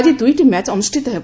ଆକି ଦୁଇଟି ମ୍ୟାଚ୍ ଅନୁଷ୍ଠିତ ହେବ